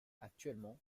actuellement